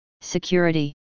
Security